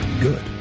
Good